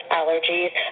allergies